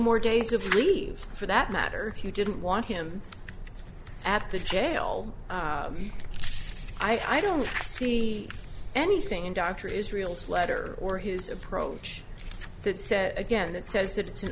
more days of leave for that matter if you didn't want him at the jail i don't see anything in dr israel's letter or his approach that says again that says that it's an